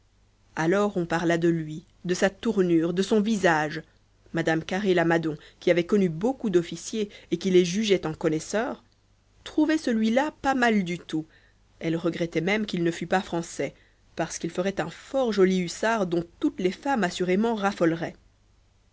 alors on parla de lui de sa tournure de son visage mme carré lamadon qui avait connu beaucoup d'officiers et qui les jugeait en connaisseur trouvait celui-là pas mal du tout elle regrettait même qu'il ne fût pas français parce qu'il ferait un fort joli hussard dont toutes les femmes assurément